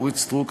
אורית סטרוק,